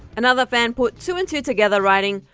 another fan put two and two together, writing,